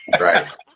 Right